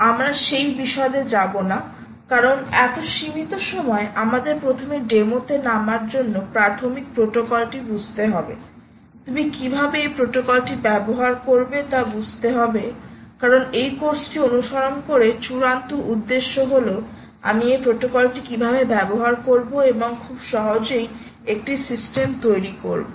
আমরা সেই বিশদে যাব না কারণ এত সীমিত সময় আমাদের প্রথমে ডেমোতে নামার জন্য প্রাথমিক প্রোটোকলটি বুঝতে হবে তুমি কীভাবে এই প্রোটোকলটি ব্যবহার করবে তা বুঝতে হবে কারণ এই কোর্সটি অনুসরণ করে চূড়ান্ত উদ্দেশ্য হল আমি এই প্রোটোকলটি কিভাবে ব্যবহার করবো এবং খুব সহজেই একটি সিস্টেম তৈরি করবো